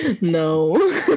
No